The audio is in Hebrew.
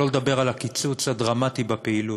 שלא לדבר על הקיצוץ הדרמטי בפעילות.